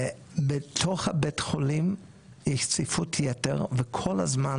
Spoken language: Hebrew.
בתוך בית החולים יש צפיפות יתר וכל הזמן